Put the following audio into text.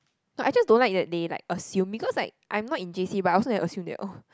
no I just don't like that day like assume because like I'm not in j_c but also never assume that oh